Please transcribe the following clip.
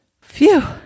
Phew